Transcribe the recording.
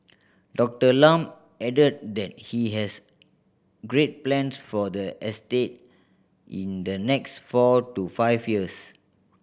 Doctor Lam added that he has great plans for the estate in the next four to five years